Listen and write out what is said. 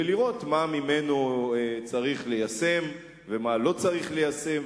ולראות מה ממנו צריך ליישם ומה לא צריך ליישם,